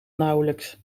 nauwelijks